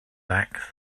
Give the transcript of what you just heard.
back